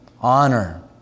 honor